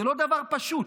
זה לא דבר פשוט.